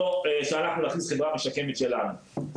או שאנחנו נכניס חברה משקמת שלנו.